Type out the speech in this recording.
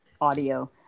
audio